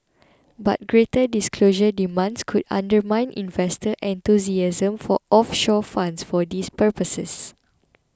but greater disclosure demands could undermine investor enthusiasm for offshore funds for these purposes